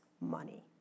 money